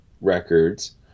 records